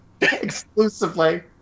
Exclusively